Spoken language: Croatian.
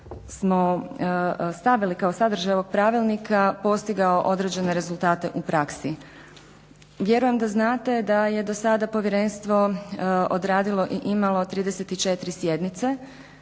smo stavili kao sadržaj ovog pravilnika postigao određene rezultate u praksi. Vjerujem da znate da je do sada povjerenstvo odradilo i imalo 34 sjednice.